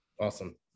Awesome